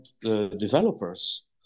developers